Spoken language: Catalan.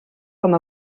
com